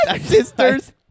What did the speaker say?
Sisters